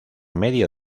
medio